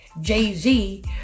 Jay-Z